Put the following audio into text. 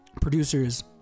producers